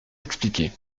expliquer